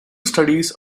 studies